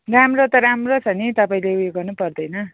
राम्रो त राम्रो छ नि तपाईँले उयो गर्नै पर्दैन